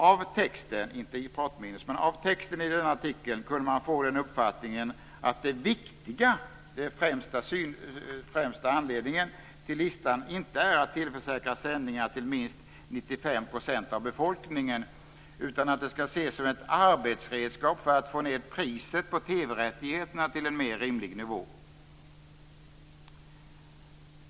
Av texten i den artikeln kunde man få den uppfattningen att det viktiga med listan inte är att tillförsäkra sändningar till minst 95 % av befolkningen utan att den skulle ses som ett arbetsredskap för att få ned priset på TV-rättigheterna till en mer rimlig nivå.